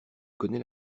connais